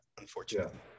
unfortunately